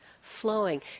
flowing